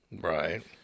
right